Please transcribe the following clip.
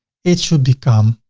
it should become